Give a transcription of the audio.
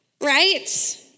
Right